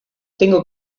tengo